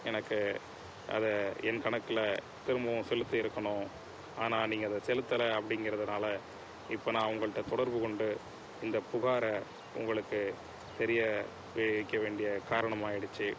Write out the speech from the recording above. எனக்கு அதை என் கணக்கில் திரும்பவும் செலுத்தி இருக்கணும் ஆனால் நீங்கள் அதை செலுத்தலை அப்படிங்கிறதுனால இப்போது நான் உங்ககிட்ட தொடர்பு கொண்டு இந்த புகாரை உங்களுக்கு தெரியவிக்க வேண்டிய காரணமாகிடுச்சு